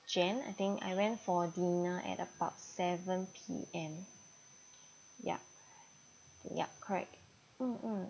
jan I think I went for dinner at about seven P_M yup yup correct mm mm